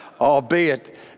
albeit